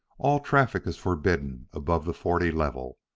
all traffic is forbidden above the forty level.